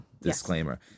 disclaimer